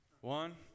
One